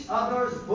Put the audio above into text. other's